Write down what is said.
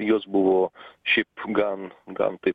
jos buvo šiaip gan gan taip